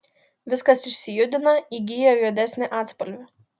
viskas išsijudina įgyja juodesnį atspalvį